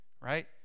right